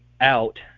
out